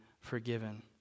forgiven